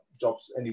jobs